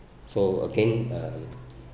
so again um